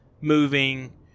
moving